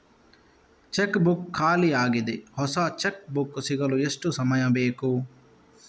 Check book ಖಾಲಿ ಯಾಗಿದೆ, ಹೊಸ ಚೆಕ್ ಬುಕ್ ಸಿಗಲು ಎಷ್ಟು ಸಮಯ ಬೇಕು?